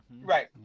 right